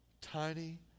Tiny